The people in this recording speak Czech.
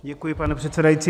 Děkuji, pane předsedající.